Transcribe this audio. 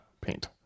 paint